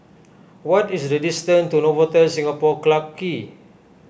what is the distance to Novotel Singapore Clarke Quay